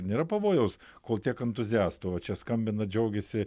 nėra pavojaus kol tiek entuziastų o čia skambina džiaugiasi